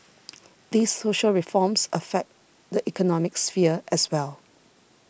these social reforms affect the economic sphere as well